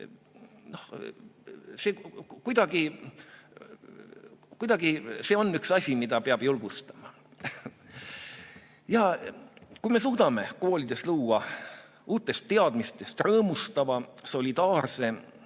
See on üks asi, mida peab julgustama. Ja kui me suudame koolides luua uutest teadmistest rõõmustavama, solidaarsema,